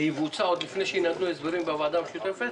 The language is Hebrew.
זה יבוצע עוד לפני שיינתנו הסברים בוועדה המשותפת?